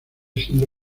siendo